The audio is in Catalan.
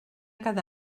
cada